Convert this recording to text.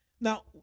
now